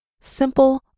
simple